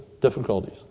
difficulties